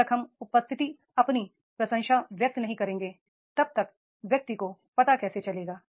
जब तक हम उपस्थिति अपनी प्रशंसा व्यक्त नहीं करेंगे तब तक व्यक्ति को पता कैसे चलेगा